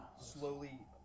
Slowly